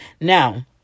Now